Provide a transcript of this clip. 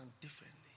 differently